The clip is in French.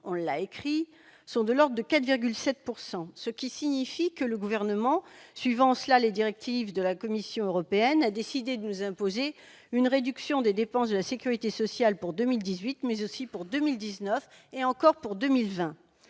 dit et écrit ! -sont de l'ordre de 4,7 %. Cela signifie que le Gouvernement, suivant en cela les directives de la Commission européenne, a décidé de nous imposer une réduction des dépenses de la sécurité sociale pour 2018, mais aussi pour 2019 et, encore, pour 2020.